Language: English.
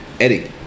Eddie